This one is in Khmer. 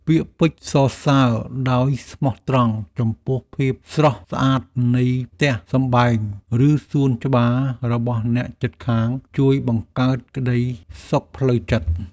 ពាក្យពេចន៍សរសើរដោយស្មោះត្រង់ចំពោះភាពស្រស់ស្អាតនៃផ្ទះសម្បែងឬសួនច្បាររបស់អ្នកជិតខាងជួយបង្កើតក្តីសុខផ្លូវចិត្ត។